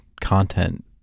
content